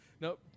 no